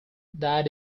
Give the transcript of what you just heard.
that